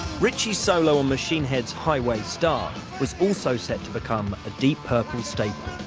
ritchie's solo on machine head's highway star was also set to become a deep purple statement.